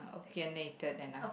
opinionated enough